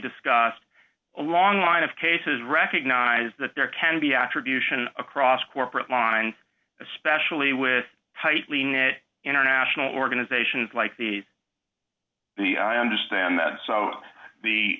discussed a long line of cases recognize that there can be attribution across corporate lines especially with tightly knit international organizations like the i understand that so the